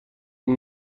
این